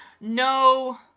no